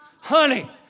Honey